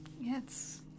Yes